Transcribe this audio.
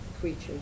creatures